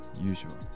usual